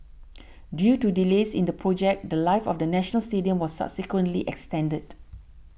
due to delays in the project the Life of the National Stadium was subsequently extended